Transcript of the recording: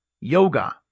yoga